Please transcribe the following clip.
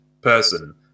person